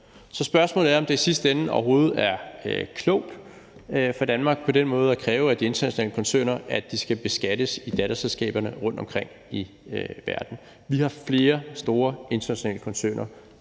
Så spørgsmålet er, om det i sidste ende overhovedet er klogt for Danmark på den måde at kræve af de internationale koncerner, at de skal beskattes i datterselskaberne rundtomkring i verden. Vi har flere store internationale koncerner